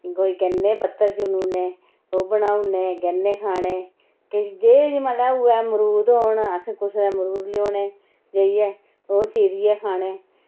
कोई गरने दे पत्तर चुनी ओड़ने ओह् बनाने गरने खाने किश दे होऐ मरूद होन कुसै दे मरूद लेई होने जाइयै ओह् चीरियै खाने